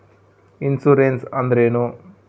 Insurance ಅಂದ್ರೇನು?